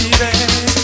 baby